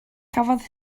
cafodd